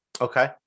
Okay